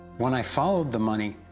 when i followed the money,